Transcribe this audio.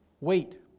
Wait